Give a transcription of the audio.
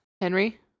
Henry